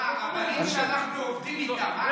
הרבנים שאנחנו עובדים איתם,